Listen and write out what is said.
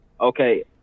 Okay